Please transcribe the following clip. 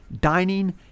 dining